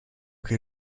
che